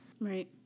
Right